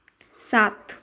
सात